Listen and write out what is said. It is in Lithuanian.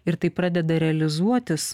ir tai pradeda realizuotis